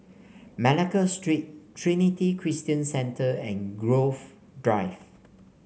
Malacca Street Trinity Christian Centre and Grove Drive